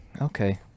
okay